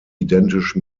identisch